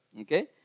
Okay